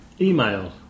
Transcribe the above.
email